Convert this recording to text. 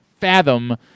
fathom